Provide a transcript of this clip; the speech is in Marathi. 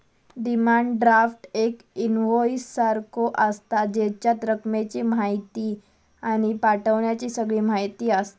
डिमांड ड्राफ्ट एक इन्वोईस सारखो आसता, जेच्यात रकमेची म्हायती आणि पाठवण्याची सगळी म्हायती आसता